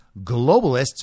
globalists